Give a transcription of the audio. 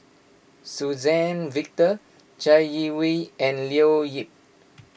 Suzann Victor Chai Yee Wei and Leo Yip